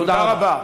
תודה רבה.